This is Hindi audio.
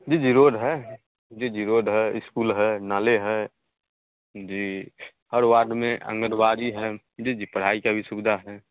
जी जी रोड है जी जी रोड है इस्कूल है नाले हैं जी हर वार्ड में आंगनवाड़ी है जी जी पढ़ाई की भी सुविधा है